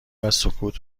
وسکوت